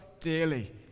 dearly